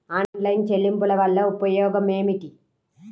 Online చెల్లింపుల వల్ల ఉపయోగమేమిటీ?